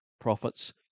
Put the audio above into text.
profits